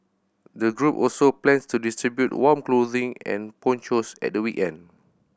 the group also plans to distribute warm clothing and ponchos at the weekend